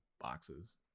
boxes